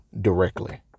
directly